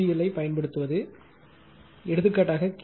VL ஐப் பயன்படுத்துவது எடுத்துக்காட்டாக கே